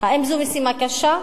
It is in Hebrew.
האם זו משימה קשה?